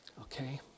okay